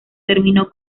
terminó